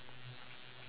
J K